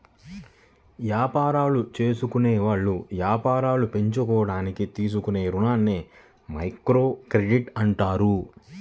యాపారాలు జేసుకునేవాళ్ళు యాపారాలు పెంచుకోడానికి తీసుకునే రుణాలని మైక్రోక్రెడిట్ అంటారు